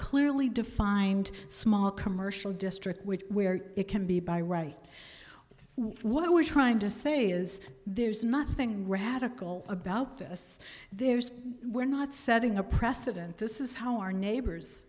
clearly defined small commercial district which where it can be by right what we're trying to say is there's nothing radical about this there's we're not setting a precedent this is how our neighbors